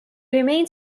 remains